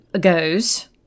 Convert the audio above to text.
goes